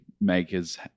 makers